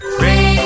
Rain